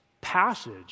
passage